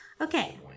Okay